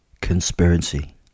conspiracy